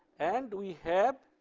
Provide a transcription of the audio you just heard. and we have,